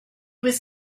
was